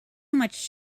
much